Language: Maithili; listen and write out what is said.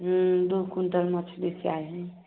हँ दू कुंटल मछली चाही